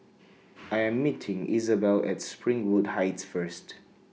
I Am meeting Isabell At Springwood Heights First